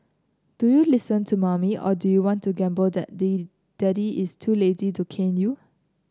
do you listen to mommy or do you want to gamble that day daddy is too lazy to cane you